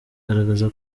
agaragaza